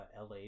LA